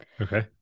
Okay